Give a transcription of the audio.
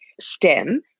stem